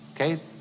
Okay